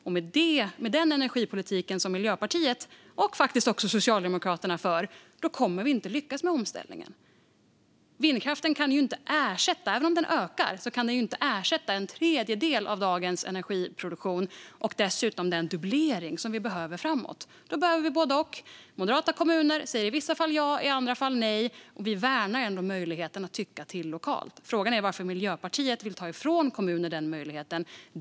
Och med den energipolitik som Miljöpartiet och faktiskt också Socialdemokraterna för kommer vi inte att lyckas med omställningen. Även om vindkraften ökar kan den inte ersätta en tredjedel av dagens energiproduktion och dessutom den dubblering som vi behöver framåt. Vi behöver både och. Moderata kommuner säger i vissa fall ja, i andra fall nej. Vi värnar möjligheten att tycka till lokalt. Frågan är varför Miljöpartiet vill ta ifrån kommuner den möjligheten.